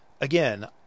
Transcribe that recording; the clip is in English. again